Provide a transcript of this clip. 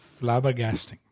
Flabbergasting